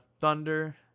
thunder